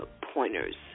pointers